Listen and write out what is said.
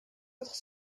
autres